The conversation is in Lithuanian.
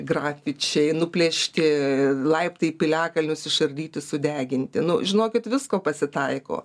grafičiai nuplėšti laiptai į piliakalnius išardyti sudeginti nu žinokit visko pasitaiko